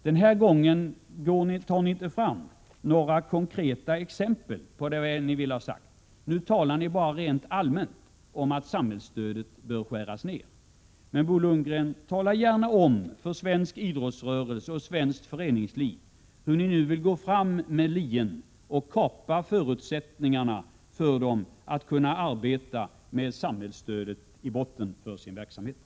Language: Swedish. Den här gången för ni inte fram några konkreta exempel. Nu talar ni bara rent allmänt om att samhällsstödet bör skäras ner. Men, Bo Lundgren, tala gärna om för svensk idrottsrörelse och svenskt föreningsliv hur ni vill gå fram med lien och kapa förutsättningarna för organisationerna på området att kunna arbeta med samhällsstödet i botten för verksamheten.